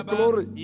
Glory